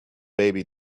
baby